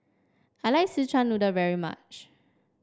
I like Szechuan Noodle very much